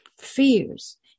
fears